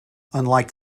unlike